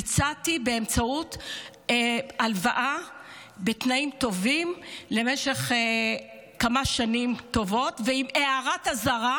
הצעתי באמצעות הלוואה בתנאים טובים למשך כמה שנים טובות ועם הערת אזהרה: